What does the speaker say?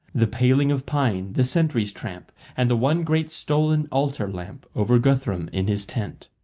the paling of pine, the sentries' tramp, and the one great stolen altar-lamp over guthrum in his tent.